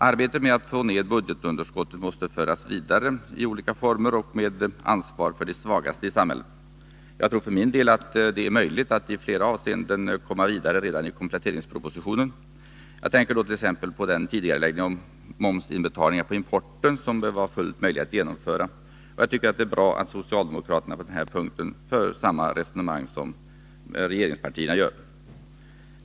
Arbetet med att få ned budgetunderskottet måste föras vidare i olika former och med ansvar för de svagaste i samhället. Jag tror för min del att det är möjligt att i flera avseenden komma vidare redan i kompletteringspropositionen. Jag tänker då t.ex. på den tidigareläggning av momsinbetalningar på importen som bör vara fullt möjliga att genomföra. Jag tycker det är bra att socialdemokraterna på denna punkt för samma resonemang som regeringspartierna.